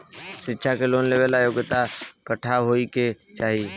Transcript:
शिक्षा लोन लेवेला योग्यता कट्ठा होए के चाहीं?